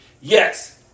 Yes